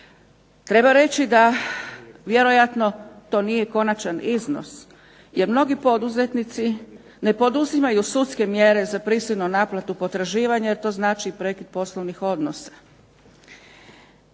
Treba reći da vjerojatno to nije konačan iznos, jer mnogi poduzetnici ne poduzimaju sudske mjere za prisilnu naplatu potraživanja jer to znači prekid poslovnih odnosa.